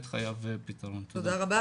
תודה רבה.